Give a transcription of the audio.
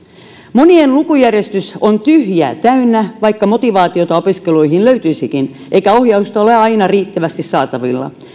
monien lukujärjestys on tyhjää täynnä vaikka motivaatiota opiskeluihin löytyisikin eikä ohjausta ole aina riittävästi saatavilla